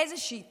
איזושהי תקווה.